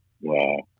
Wow